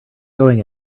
going